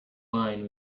wine